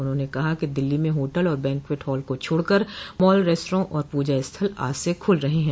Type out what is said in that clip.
उन्होंने कहा कि दिल्ली में होटल और बैंक्वेट हॉल को छोड़कर मॉल रेस्तरां और पूजा स्थल आज से खुल रहे हैं